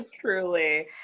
Truly